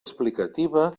explicativa